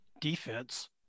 defense